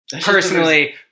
personally